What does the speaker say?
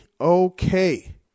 okay